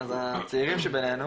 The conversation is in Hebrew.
אז לצעירים שבינינו